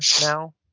now